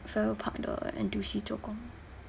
farrer park 的 N_T_U_C 做工